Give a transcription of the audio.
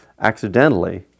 accidentally